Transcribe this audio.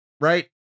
right